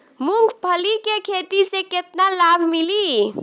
मूँगफली के खेती से केतना लाभ मिली?